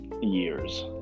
years